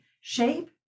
shape